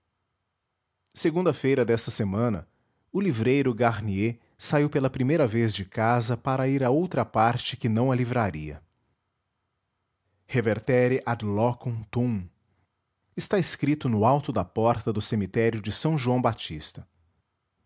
segunda-feira desta semana o livreiro garnier saiu pela primeira vez de casa para ir a outra parte que não a livraria revertere ad locum tuum está escrito no alto da porta do cemitério de s joão batista